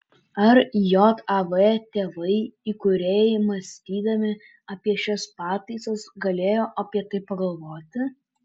ar jav tėvai įkūrėjai mąstydami apie šias pataisas galėjo apie tai pagalvoti